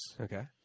Okay